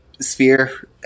sphere